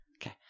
Okay